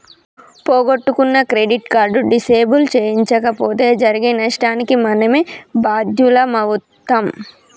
పోగొట్టుకున్న credit card disable చేయించకపోతే జరిగే నష్టానికి మనమే బాధ్యులమవుతం